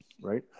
Right